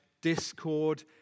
discord